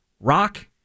rock